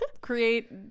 create